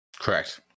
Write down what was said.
correct